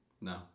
No